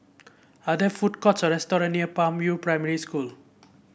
are there food courts or restaurant near Palm View Primary School